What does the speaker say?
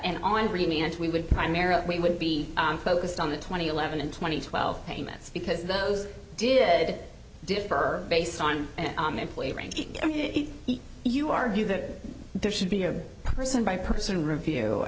and on we would primarily we would be focused on the twenty eleven and twenty twelve payments because those did defer based on and if you argue that there should be a person by person review